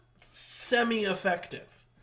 semi-effective